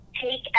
Take